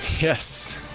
Yes